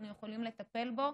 אנחנו יכולים לטפל בו,